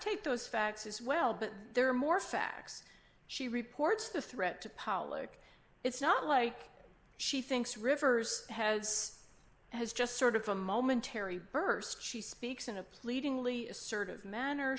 take those facts as well but there are more facts she reports the threat to pollack it's not like she thinks rivers has as just sort of a momentary burst she speaks